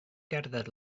gerdded